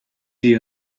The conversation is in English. see